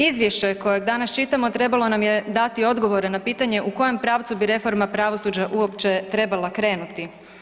Izvješće koje danas čitamo trebalo nam je dati odgovore na pitanje u kojem pravcu bi reforma pravosuđa uopće trebala krenuti.